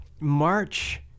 March